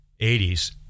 80s